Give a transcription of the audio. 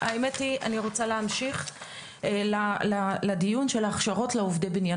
האמת היא שאני רוצה להמשיך לדיון של ההכשרות לעובדי בניין